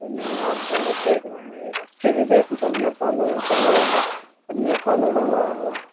नहीं आप गलत देख रहे हैं अच्छे से देखो कन्याशाला विद्यालय होगा कन्याशाला डला होगा